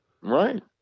Right